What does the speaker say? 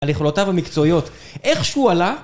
על יכולותיו המקצועיות, איכשהו עלה